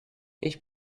ich